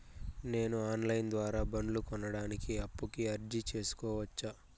నేను online ద్వారా బండ్లు కొనడానికి అప్పుకి అర్జీ సేసుకోవచ్చా?